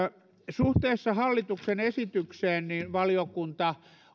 suhteessa hallituksen esitykseen valiokunta